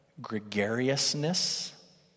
gregariousness